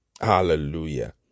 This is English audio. Hallelujah